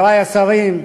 חברי השרים,